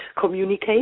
communicate